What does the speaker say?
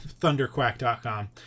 thunderquack.com